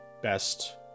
best